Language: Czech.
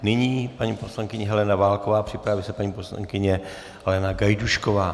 Nyní paní poslankyně Helena Válková, připraví se paní poslankyně Helena Gajdůšková.